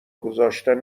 گذاشتن